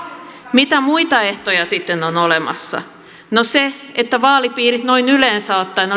mitä muita ehtoja sitten on olemassa no se että olisi toivottavaa että vaalipiirit noin yleensä ottaen